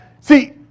See